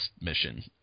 mission